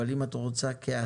אבל אם את רוצה את זה כחינוך,